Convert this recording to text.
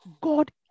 God